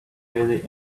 really